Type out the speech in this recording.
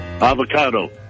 Avocado